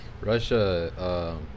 Russia